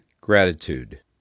Gratitude